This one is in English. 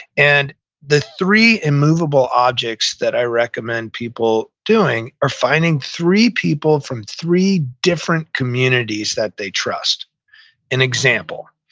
and the three immovable objects that i recommend people doing are finding three people from three different communities that they trust an example,